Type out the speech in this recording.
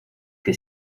que